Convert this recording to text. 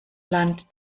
land